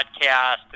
podcast